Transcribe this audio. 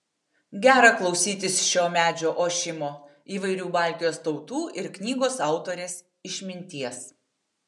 gera klausytis šio medžio ošimo įvairių baltijos tautų ir knygos autorės išminties